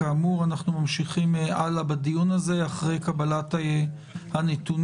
כאמור נמשיך הלאה בדיון הזה אחרי קבלת הנתונים.